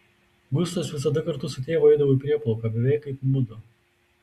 gustas visada kartu su tėvu eidavo į prieplauką beveik kaip mudu